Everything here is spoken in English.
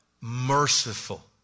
merciful